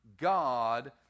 God